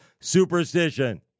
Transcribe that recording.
superstition